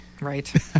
Right